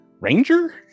ranger